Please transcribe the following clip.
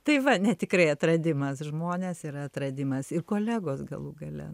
tai va ne tikrai atradimas žmonės yra atradimas ir kolegos galų gale